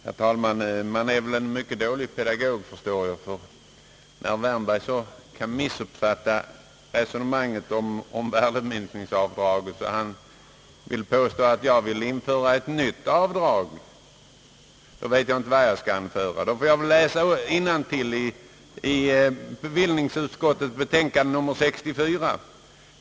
Herr talman! Jag måtte vara en mycket dålig pedagog. När herr Wärnberg så kan missuppfatta resonemanget om värdeminskningsavdraget att han vill påstå att jag vill införa ett nytt avdrag, då vet jag inte vad jag skall anföra. Jag ber honom läsa innantill i bevillningsutskottets betänkande nr 64.